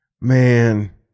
man